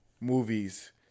movies